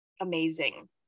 amazing